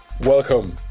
welcome